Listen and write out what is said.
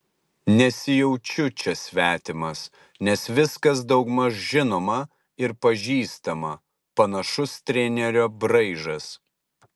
nesijaučiu čia svetimas nes viskas daugmaž žinoma ir pažįstama panašus trenerio braižas